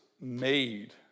made